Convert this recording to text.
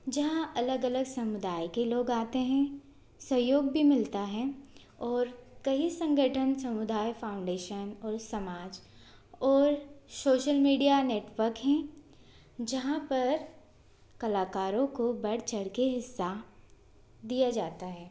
जहाँ अलग अलग समुदाय के लोग आते हैं सहयोग भी मिलता है और कई संगठन समुदाय फाउंडेशन और समाज और सोशल मीडिया नेटवर्क हैं जहाँ पर कलाकारों को बढ़ चढ़ कर हिस्सा दिया जाता है